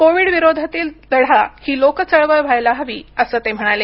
Covid विरोधातील लढा ही लोक चळवळ व्हायला हवी असं ते म्हणाले